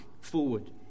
forward